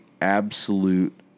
absolute